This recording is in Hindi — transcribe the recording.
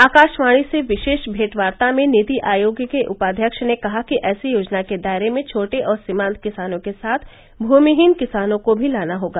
आकाशवाणी से विशेष भेंटवार्ता में नीति आयोग के उपाध्यक्ष ने कहा कि ऐसी योजना के दायरे में छोटे और सीमांत किसानों के साथ भूमिहीन किसानों को भी लाना होगा